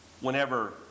whenever